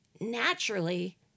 Naturally